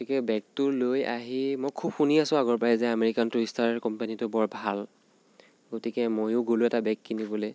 গতিকে বেগটো লৈ আহি মই খুব শুনি আছোঁ আগৰ পৰাই যে আমেৰিকান টুৰিষ্টাৰ কোম্পানীটো বৰ ভাল গতিকে ময়ো গ'লোঁ এটা বেগ কিনিবলৈ